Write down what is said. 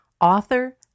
author